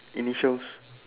initials